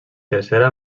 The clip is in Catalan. tercera